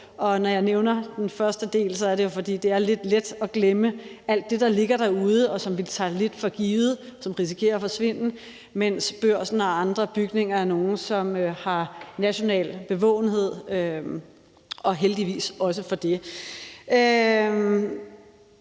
Og når jeg nævner den første del, er det jo, fordi det er lidt let at glemme alt det, der ligger derude, og som vi tager lidt for givet, og som risikerer at forsvinde, mens Børsen og andre bygninger er nogle, som har national bevågenhed, og også heldigvis for det.